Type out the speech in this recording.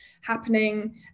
happening